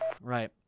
Right